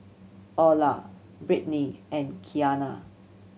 Orla Britni and Kiana